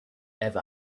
ever